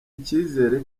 ikizere